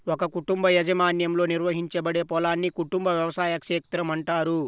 ఒక కుటుంబ యాజమాన్యంలో నిర్వహించబడే పొలాన్ని కుటుంబ వ్యవసాయ క్షేత్రం అంటారు